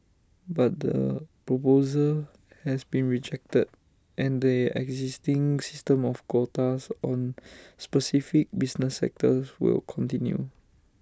but the proposal has been rejected and the existing system of quotas on specific business sectors will continue